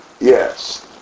Yes